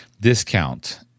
discount